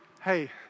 hey